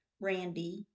Randy